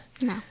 No